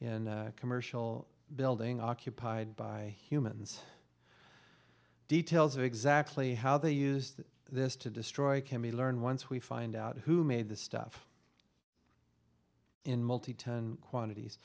in commercial building occupied by humans details of exactly how they used this to destroy can we learn once we find out who made the stuff in multi ton quantities